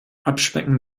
abschmecken